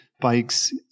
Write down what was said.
bikes